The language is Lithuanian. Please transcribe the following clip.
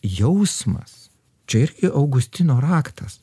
jausmas čia irgi augustino raktas